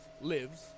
lives